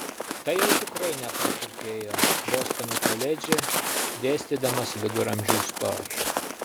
tai jau tikrai nepraturtėjo bostono koledže dėstydamas viduramžių istoriją